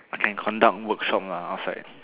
I can conduct workshop lah outside